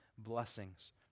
blessings